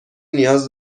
نیاز